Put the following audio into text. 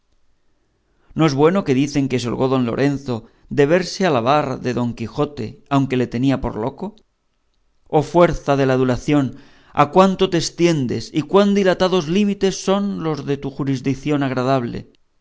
no es bueno que dicen que se holgó don lorenzo de verse alabar de don quijote aunque le tenía por loco oh fuerza de la adulación a cuánto te estiendes y cuán dilatados límites son los de tu juridición agradable